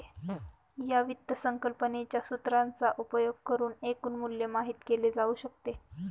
या वित्त संकल्पनेच्या सूत्राचा उपयोग करुन एकूण मूल्य माहित केले जाऊ शकते